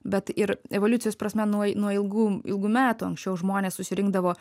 bet ir evoliucijos prasme nuo nuo ilgų ilgų metų anksčiau žmonės susirinkdavo